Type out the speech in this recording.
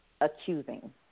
accusing